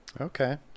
Okay